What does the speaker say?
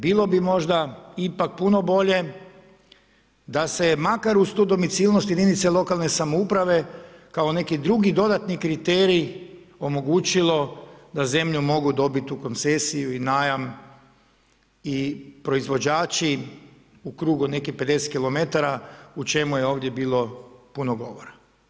Bilo bi možda ipak puno bolje da se je makar uz tu domicilnost jedinice lokalne samouprave kao neki drugi dodatni kriterij omogućilo da zemlju mogu dobit u koncesiju i najam i proizvođači u krugu nekih 50 km o čemu je ovdje bilo puno govora.